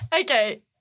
Okay